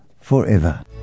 forever